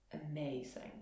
amazing